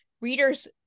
readers